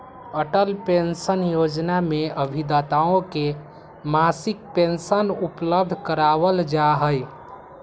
Atal pension योजना में अभिदाताओं के मासिक पेंशन उपलब्ध करावल जाहई